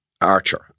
Archer